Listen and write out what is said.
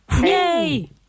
Yay